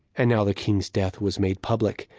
and now the king's death was made public,